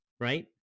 right